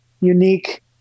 unique